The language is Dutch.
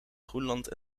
groenland